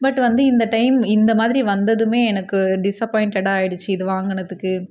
but வந்து இந்த time இந்த மாதிரி வந்ததுமே எனக்கு டிஸப்பாயின்ட்டடாக ஆகிடுச்சு இத வாங்கினதுக்கு